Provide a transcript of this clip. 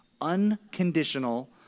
Unconditional